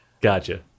Gotcha